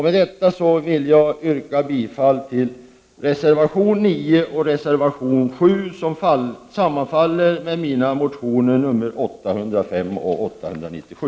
Med detta vill jag yrka bifall till reservation 9 och reservation 7, som sammanfaller med mina motioner nr 805 och 897.